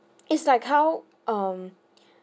it's like how um